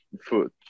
food